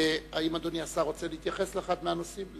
האם אדוני השר רוצה להתייחס לאחד מהנושאים?